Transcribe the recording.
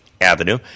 Avenue